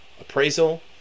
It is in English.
appraisal